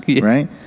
right